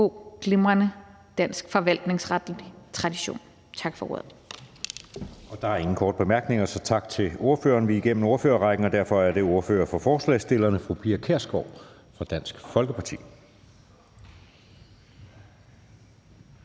god, glimrende dansk forvaltningsretlig tradition. Tak for ordet. Kl. 16:42 Anden næstformand (Jeppe Søe): Der er ingen korte bemærkninger, så tak til ordføreren. Vi er igennem ordførerrækken, og derfor er det ordføreren for forslagsstillerne, fru Pia Kjærsgaard fra Dansk Folkeparti.